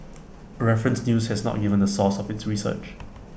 reference news has not given the source of its research